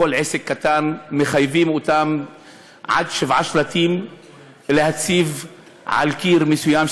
כל עסק קטן מחייבים להציב עד שבעה שלטים על קיר מסוים,